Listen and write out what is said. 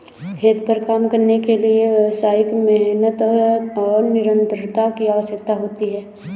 खेत पर काम करने के लिए वास्तविक मेहनत और निरंतरता की आवश्यकता होती है